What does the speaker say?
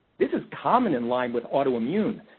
this is common in lyme with autoimmune.